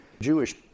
Jewish